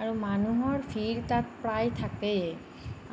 আৰু মানুহৰ ভীৰ প্ৰায় তাত থাকেই